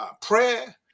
prayer